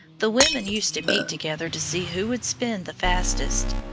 the women used to meet together to see who would spin the fastest.